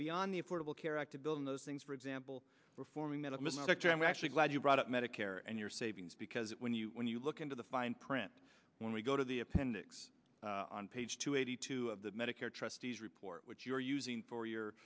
beyond the affordable care act to build on those things for example reforming that amid medicare i'm actually glad you brought up medicare and your savings because it when you when you look into the fine print when we go to the appendix on page two eighty two of the medicare trustees report which you're using for your